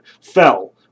fell